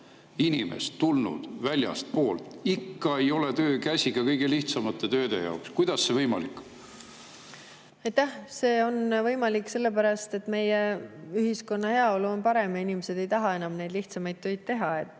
inimest tulnud väljastpoolt ja ikka ei ole töökäsi ka kõige lihtsamate tööde jaoks? Kuidas see võimalik on? Aitäh! See on võimalik sellepärast, et meie ühiskonna heaolu on parem ja inimesed ei taha enam lihtsamaid töid teha.